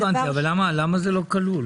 למה זה לא כלול?